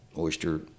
oyster